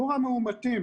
שיעור המאומתים